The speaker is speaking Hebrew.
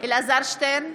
אלעזר שטרן,